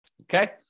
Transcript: Okay